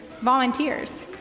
volunteers